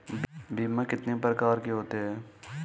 बीमा कितने प्रकार के होते हैं?